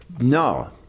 No